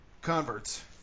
converts